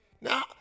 Now